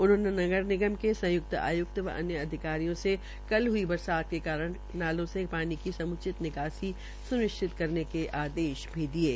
उन्होंने नगर निगम के संयुक्त आयुक्त व अन्य अधिकारियों से कल हई बरसात के कारण नालों से पानी की सम्रचित निकासी सुनिश्चित करने के आदेश भी दिये है